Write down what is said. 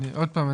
עוד פעם,